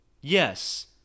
Yes